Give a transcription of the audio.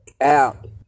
out